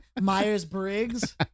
Myers-Briggs